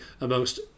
amongst